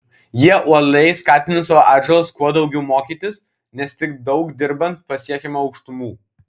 jie uoliai skatina savo atžalas kuo daugiau mokytis nes tik daug dirbant pasiekiama aukštumų